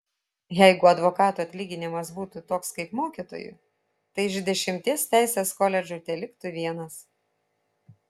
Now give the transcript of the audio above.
jeigu advokatų atlyginimas būtų toks kaip mokytojų tai iš dešimties teisės koledžų teliktų vienas